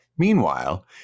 Meanwhile